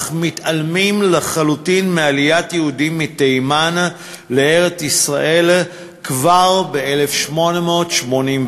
אך מתעלמים לחלוטין מעליית יהודים מתימן לארץ-ישראל כבר ב-1881.